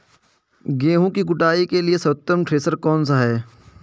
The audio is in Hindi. गेहूँ की कुटाई के लिए सर्वोत्तम थ्रेसर कौनसा है?